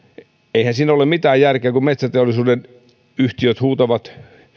eihän siinä ole mitään järkeä kun metsäteollisuuden yhtiöt huutavat